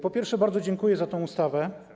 Po pierwsze, bardzo dziękuję za tę ustawę.